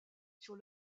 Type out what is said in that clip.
sur